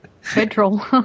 Federal